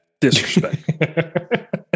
Disrespect